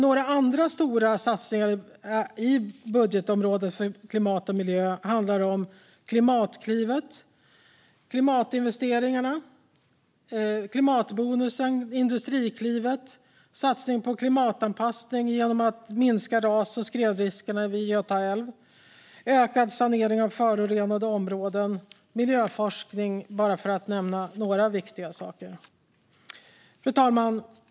Några andra stora satsningar på budgetområdet för klimat och miljö är Klimatklivet, klimatinvesteringarna, klimatbonusen och Industriklivet. Det är satsningar på klimatanpassning genom att minska ras och skredriskerna vid Göta älv, ökad sanering av förorenade områden och miljöforskning, för att nämna bara några viktiga saker. Fru talman!